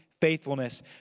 faithfulness